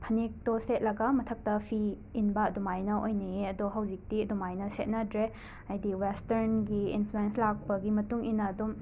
ꯐꯅꯦꯛꯇꯣ ꯁꯦꯠꯂꯒ ꯃꯊꯛꯇ ꯐꯤ ꯏꯟꯕ ꯑꯗꯨꯃꯥꯏꯅ ꯑꯣꯏꯅꯩꯌꯦ ꯑꯗꯣ ꯍꯧꯖꯤꯛꯇꯤ ꯑꯗꯨꯃꯥꯏꯅ ꯁꯦꯠꯅꯗ꯭ꯔꯦ ꯍꯥꯏꯗꯤ ꯋꯦꯁꯇꯔꯟꯒꯤ ꯏꯟꯐ꯭ꯂꯨꯋꯦꯟꯁ ꯂꯥꯛꯄꯒꯤ ꯃꯇꯨꯡ ꯏꯟꯅ ꯑꯗꯨꯝ